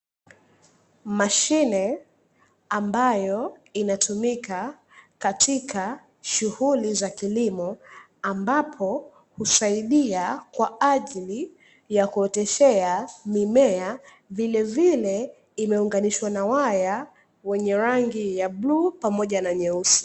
Mashine ambayo inatumika katika shughuli za kilimo, ambapo husaidia kwa ajili ya kuoteshea mimea vilevile imeunganishwa na waya wenye rangi ya bluu pamoja na nyeusi.